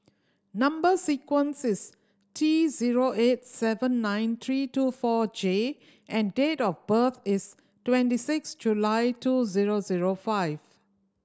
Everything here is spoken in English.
number sequence is T zero eight seven nine three two four J and date of birth is twenty six July two zero zero five